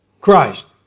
Christ